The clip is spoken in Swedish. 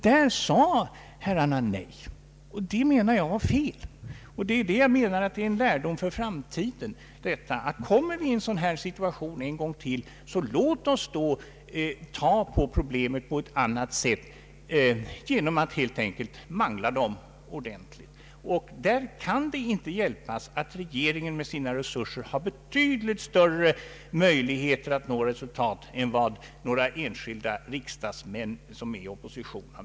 Då sade herrarna nej, och jag anser att detta var fel. Vi bör dra lärdom av detta för framtiden. Om vi kommer i en liknande situation bör vi behandla problemet på ett annat sätt och helt enkelt mangla de olika synpunkterna ordentligt. Regeringen har därvid med sina resurser betydligt större möjligheter att nå resultat än vad några enskilda riksdagsmän i opposition har.